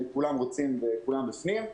כולם רוצים וכולם בפנים.